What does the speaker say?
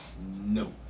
No